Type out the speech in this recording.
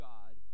God